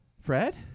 Fred